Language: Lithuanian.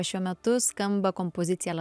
šiuo metu skamba kompozicija